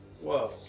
whoa